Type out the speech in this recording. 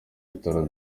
bitaro